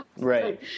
right